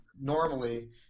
Normally